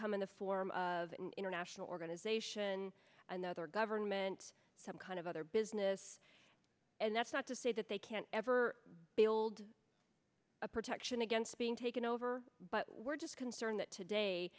come in the form of international but as they should and another government some kind of other business and that's not to say that they can't ever build a protection against being taken over but we're just concerned that today